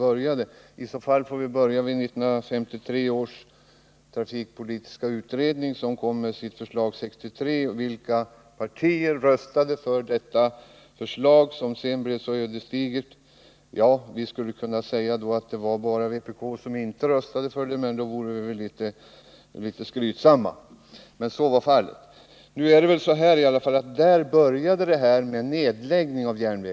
I så fall får vi börja med 1953 års trafikpolitiska utredning, som kom med sitt förslag 1963, och se efter vilka partier som röstade för detta förslag, som sedan blev så ödesdigert. Ja, det vara bara vpk som inte röstade för förslaget. Det låter kanske litet skrytsamt att säga det, men så var fallet. Det är väl ändå så att det var här dessa järnvägsnedläggningar började.